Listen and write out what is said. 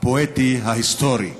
הפואטי ההיסטורי.